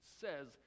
says